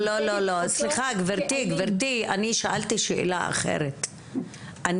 אני שאלתי שאלה אחרת,